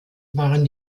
waren